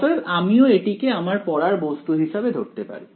অতএব আমিও এটিকে আমার পড়ার বস্তু হিসেবে ধরতে পারি